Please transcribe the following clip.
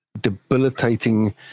debilitating